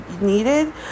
needed